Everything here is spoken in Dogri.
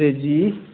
नमस्ते जी